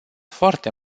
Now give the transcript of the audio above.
foarte